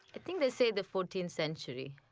i think they say the fourteenth century.